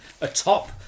atop